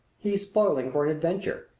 he's spoiling for an adventure,